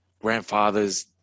grandfathers